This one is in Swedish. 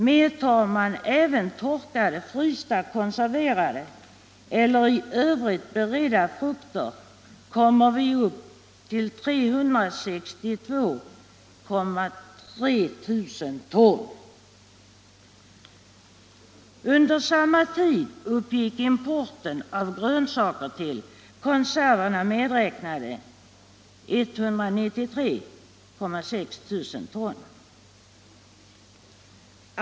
Medtar man även torkade, frysta, konserverade eller i övrigt beredda frukter, kommer man upp till 362 300 ton. Under samma tid uppgick importen av grönsaker, konserverna medräknade, till 193 600 ton.